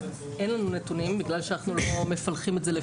אין לנו נתונים כי אנחנו לא מפלחים את זה.